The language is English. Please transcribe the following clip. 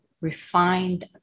refined